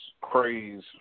craze